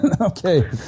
okay